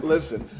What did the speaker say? Listen